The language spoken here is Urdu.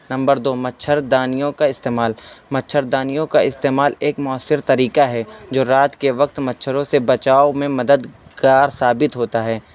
نمبر دو مچھردانیوں کا استعمال مچھردانیوں کا استعمال ایک مؤثر طریقہ ہے جو رات کے وقت مچھروں سے بچاؤ میں مددگار ثابت ہوتا ہے